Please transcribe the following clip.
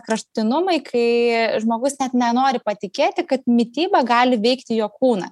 kraštutinumai kai žmogus net nenori patikėti kad mityba gali veikti jo kūną